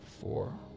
four